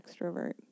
extrovert